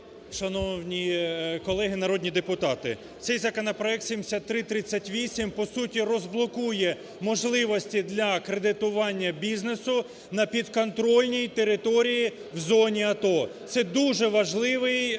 Шановні колеги народні депутати, цей законопроект 7338, по суті, розблокує можливості для кредитування бізнесу на підконтрольній території в зоні АТО. Це дуже важливий для